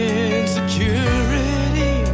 insecurity